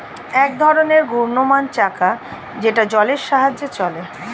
এক ধরনের ঘূর্ণায়মান চাকা যেটা জলের সাহায্যে চলে